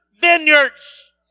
vineyards